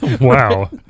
Wow